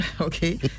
okay